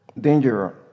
dangerous